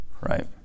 Right